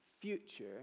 future